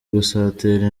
gusatira